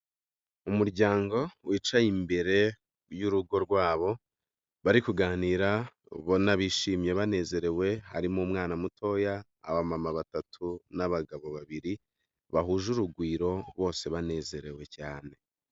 Umuryango wicaye imbere y'urugo rwabo bari kuganira ubona bishimye banezerewe harimo umwana mutoya, abamama batatu, n'abagabo babiri bahuje urugwiro bose banezerewe cyane.